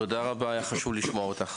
תודה רבה, היה חשוב לשמוע אותך.